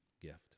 gift